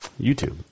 YouTube